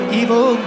evil